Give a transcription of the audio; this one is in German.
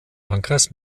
landkreis